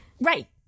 Right